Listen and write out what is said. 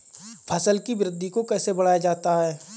फसल की वृद्धि को कैसे बढ़ाया जाता हैं?